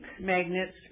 magnets